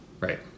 Right